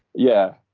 yeah.